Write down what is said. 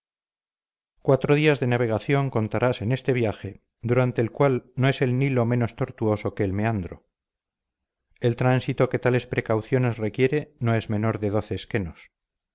cuatro días de navegación contarás en este viaje durante el cual no es el nilo menos tortuoso que el meandro el tránsito que tales precauciones requiere no es menor de doce